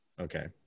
Okay